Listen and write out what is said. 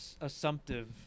assumptive